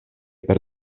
per